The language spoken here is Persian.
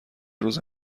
روز